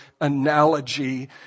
analogy